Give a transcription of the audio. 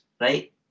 right